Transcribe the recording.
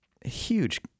Huge